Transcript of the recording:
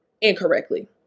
incorrectly